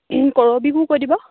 কৰবীকো কৈ দিব